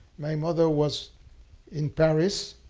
my mother was in paris.